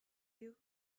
you